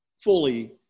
fully